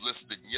listening